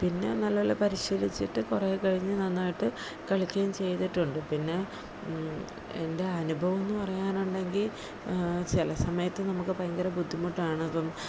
പിന്നെ നല്ല പോലെ പരിശീലിച്ചിട്ട് കുറെ കഴിഞ്ഞ് നന്നായിട്ട് കളിക്കേം ചെയ്തിട്ടുണ്ട് പിന്നെ എൻ്റെ അനുഭവം എന്ന് പറയാനൊണ്ടെങ്കിൽ ചില സമയത്ത് നമുക്ക് ഭയങ്കര ബുദ്ധിമുട്ടാണ് അപ്പം